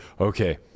okay